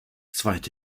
zweite